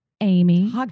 Amy